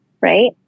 Right